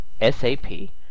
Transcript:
S-A-P